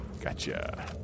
Gotcha